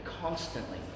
constantly